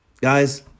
Guys